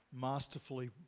masterfully